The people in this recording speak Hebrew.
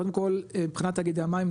קודם כל מבחינת תאגידי המים,